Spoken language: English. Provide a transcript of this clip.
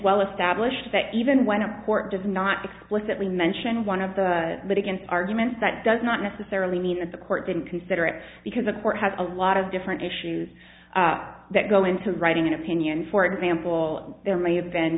well established that even when a court does not explicitly mention one of the but again arguments that does not necessarily mean that the court didn't consider it because the court has a lot of different issues that go into writing an opinion for example there may have been